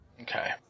Okay